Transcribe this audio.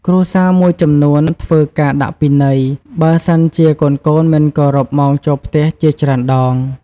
គ្រួសារមួយចំនួនធ្វើ “ការដាក់ពិន័យ” បើសិនជាកូនៗមិនគោរពម៉ោងចូលផ្ទះជាច្រើនដង។